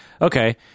Okay